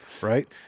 right